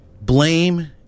blame